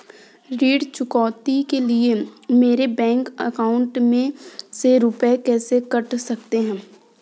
ऋण चुकौती के लिए मेरे बैंक अकाउंट में से रुपए कैसे कट सकते हैं?